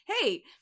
hey